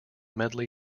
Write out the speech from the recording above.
medley